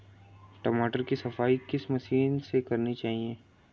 टमाटर की सफाई किस मशीन से करनी चाहिए?